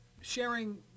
sharing